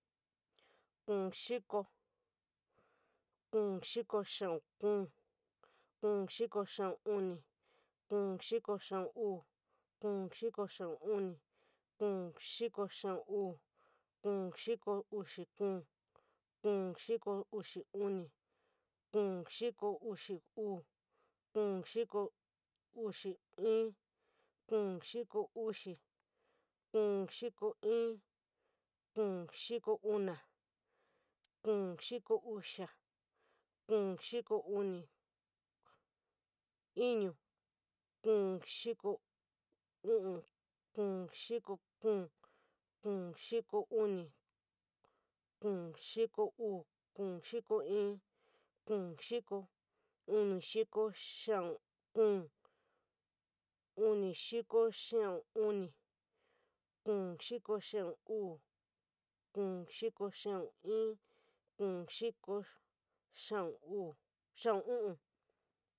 Kuu xiko, kuu xiko xiau kuu, kuu xiko xiau uni, kuu xiko xiau uu, kuu xiko uxi kuu, kuu xiko uxi uni, kuu xiko uxi uu, kuu xiko uxi ji, kuu xiko uxi, kuu xiko ††, kuu xiko una, kuu xiko uxa, kuu xiko uni, unu kuu xiko uu kuu una, kuu xiko uu, kuu xiko uni, kuu xiko i, kuu xiko, onii xiko xiau kuu, unii xiko xiau uni, kuu xiko kuu xiko xiau uu, kuu xiko xiau i, kuu xiko xiau uu, xiau uu.